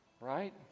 right